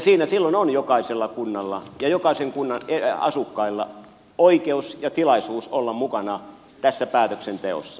siinä silloin on jokaisella kunnalla ja jokaisen kunnan asukkailla oikeus ja tilaisuus olla mukana tässä päätöksenteossa